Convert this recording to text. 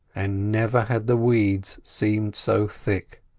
and never had the weeds seemed so thick,